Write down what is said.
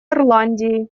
ирландии